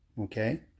Okay